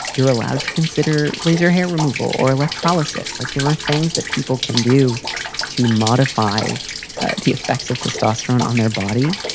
you're allowed to consider laser hair removal or electrolysis. like, there are things that people can do to modify the effects of testosterone on their body.